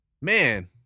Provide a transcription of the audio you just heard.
Man